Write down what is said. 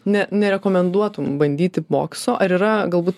ne nerekomenduotum bandyti bokso ar yra galbūt